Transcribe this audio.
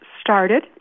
started